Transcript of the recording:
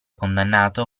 condannato